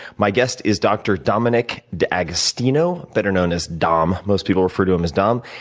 my guest is dr. dominic d'agostino, better known as dom. most people refer to him as dom.